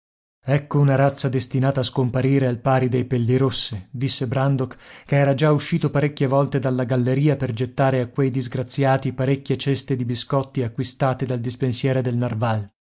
ecco una razza destinata a scomparire al pari dei pellirosse disse brandok che era già uscito parecchie volte dalla galleria per gettare a quei disgraziati parecchie ceste di biscotti acquistate dal dispensiere del